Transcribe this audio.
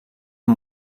amb